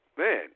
man